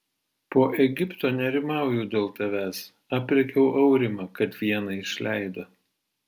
po egipto nerimauju dėl tavęs aprėkiau aurimą kad vieną išleido